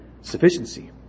sufficiency